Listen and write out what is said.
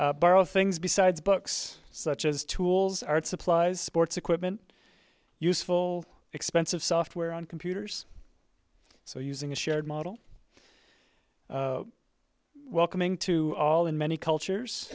perfect borrow things besides books such as tools art supplies courts equipment useful expensive software on computers so using a shared model welcoming to all in many cultures